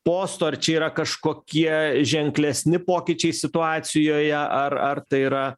posto ar čia yra kažkokie ženklesni pokyčiai situacijoje ar ar tai yra